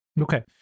Okay